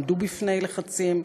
ועמדו בפני לחצים,